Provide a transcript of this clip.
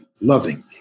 lovingly